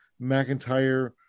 McIntyre